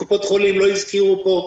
קופות חולים לא הזכירו פה,